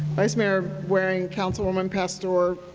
vice mayor waring, councilman pastor,